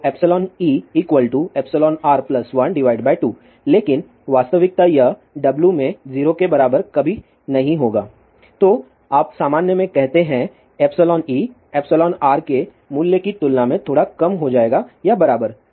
तो er12 लेकिन वास्तविकता यह W में 0 के बराबर कभी नहीं होगा तो आप सामान्य में कहते हैं εe εr के मूल्य की तुलना में थोड़ा कम हो जाएगा या बराबर